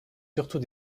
surtout